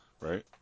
right